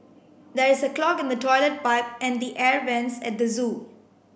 there is a clog in the toilet pipe and the air vents at the zoo